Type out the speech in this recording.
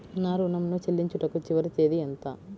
నా ఋణం ను చెల్లించుటకు చివరి తేదీ ఎంత?